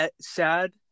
sad